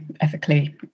ethically